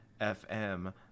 FM